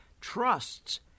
trusts